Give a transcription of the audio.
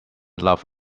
love